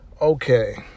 Okay